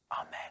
Amen